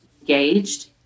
engaged